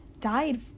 died